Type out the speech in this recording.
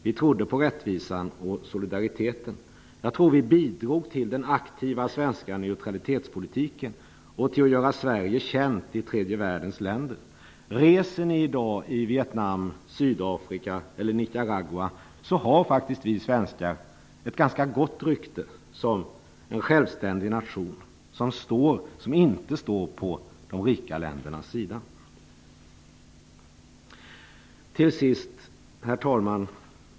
Vi trodde på rättvisan och solidariteten. Jag tror vi bidrog till den aktiva svenska neutralitetspolitiken och till att göra Sverige känt i tredje världens länder. När ni reser i dag i Vietnam, Sydafrika eller Nicaragua märker ni att Sverige har ett gott rykte som en självständig nation som inte står på de rika ländernas sida. Herr talman!